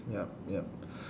yup yup